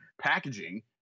packaging